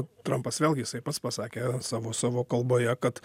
trampas vėlgi jisai pats pasakė savo savo kalboje kad